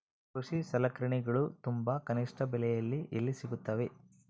ಕೃಷಿ ಸಲಕರಣಿಗಳು ತುಂಬಾ ಕನಿಷ್ಠ ಬೆಲೆಯಲ್ಲಿ ಎಲ್ಲಿ ಸಿಗುತ್ತವೆ?